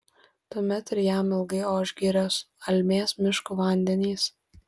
tuomet ir jam ilgai oš girios almės miškų vandenys